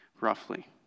roughly